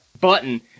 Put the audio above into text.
button